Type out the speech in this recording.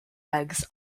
eggs